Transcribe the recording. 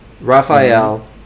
Raphael